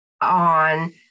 on